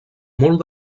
molt